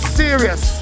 serious